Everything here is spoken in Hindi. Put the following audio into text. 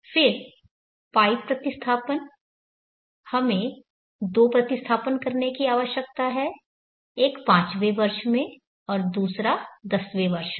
फिर पाइप प्रतिस्थापन हमें दो प्रतिस्थापन करने की आवश्यकता है एक पांचवें वर्ष में और दूसरा दसवें वर्ष में